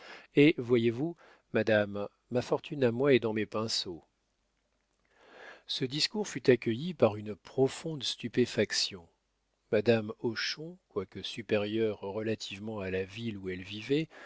et voyez-vous madame ma fortune à moi est dans mes pinceaux ce discours fut accueilli par une profonde stupéfaction madame hochon quoique supérieure relativement à la ville où elle vivait